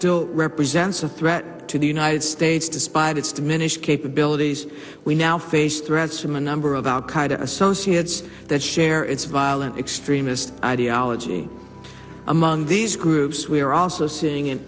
still represents a threat to the united states despite its diminished capabilities we now face threats from a number of al qaeda associates that share its violent extremist ideology among these groups we are also seeing an